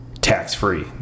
tax-free